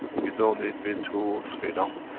you don't need to screen off?